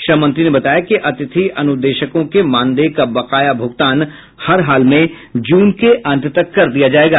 श्रम मंत्री ने बताया कि अतिथि अनुदेशकों के मानदेय का बकाया भुगतान हरहाल में जून के अंत तक कर दिया जायेगा